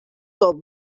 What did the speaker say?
called